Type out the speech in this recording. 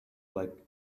like